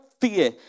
fear